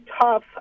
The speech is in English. tough